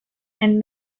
and